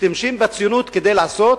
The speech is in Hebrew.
משתמשים בציונות כדי לעשות